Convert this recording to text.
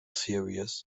series